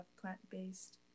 plant-based